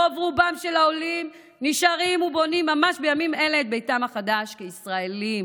רוב-רובם של העולים נשארים ובונים ממש בימים אלה את ביתם החדש כישראלים